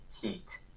heat